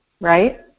Right